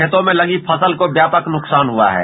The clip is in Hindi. खेतों में लगी फसल को व्यापक नुकसान हुआ रै